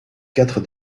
quatre